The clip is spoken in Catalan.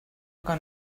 que